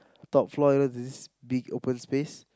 top floor there's this big open space